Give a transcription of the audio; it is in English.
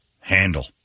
handle